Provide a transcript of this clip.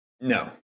No